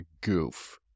goof